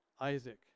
Isaac